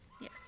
Yes